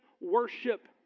worship